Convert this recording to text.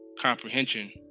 comprehension